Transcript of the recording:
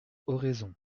oraison